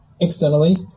Externally